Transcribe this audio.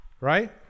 right